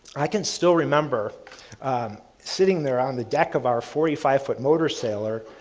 i can still remember sitting there on the deck of our forty five foot motor sailor,